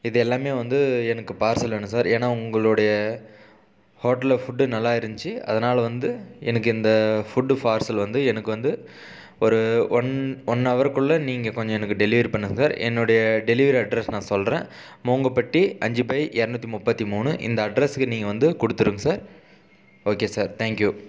இது எல்லாமே வந்து எனக்கு பார்சல் வேணும் சார் ஏன்னா உங்களுடைய ஹோட்டலில் ஃபுட்டு நல்லா இருந்துச்சு அதனால் வந்து எனக்கு இந்த ஃபுட்டு பார்சல் வந்து எனக்கு வந்து ஒரு ஒன் ஒன்னவர் குள்ளே நீங்கள் கொஞ்சம் எனக்கு டெலிவரி பண்ணுங்கள் சார் என்னுடைய டெலிவரி அட்ரஸ் நான் சொல்லுறேன் மோங்கபட்டி அஞ்சு பை இரநுத்தி முப்பத்து மூணு இந்த அட்ரஸுக்கு நீங்கள் வந்து கொடுத்துருங்க sir okay sir thank you